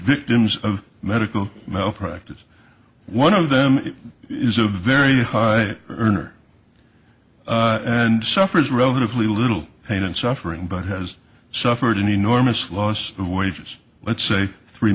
victims of medical malpractise one of them is a very high earner and suffers relatively little pain and suffering but has suffered an enormous loss of wages let's say three